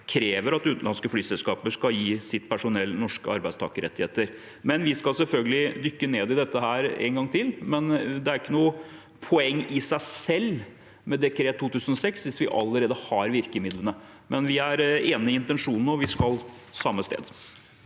krever at utenlandske flyselskaper skal gi sitt personell norske arbeidstakerrettigheter. Vi skal selvfølgelig dykke ned i dette en gang til, men det er ikke noe poeng i seg selv med dekretet fra 2006 hvis vi allerede har virkemidlene. Vi er enig i intensjonen, og vi skal samme sted.